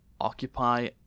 occupy